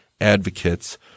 advocates